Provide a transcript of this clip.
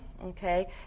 Okay